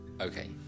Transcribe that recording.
Okay